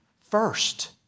first